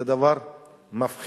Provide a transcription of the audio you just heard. זה דבר מפחיד.